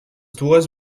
dues